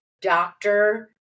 doctor